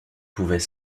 pouvait